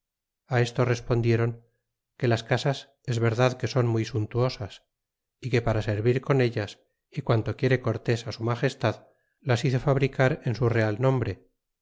tierras esto respondiéron que las casas es verdad que son muy suntuosas y que para servir con ellas y quanto tiene cortés á su magestad las hizo fabricar en su real nombre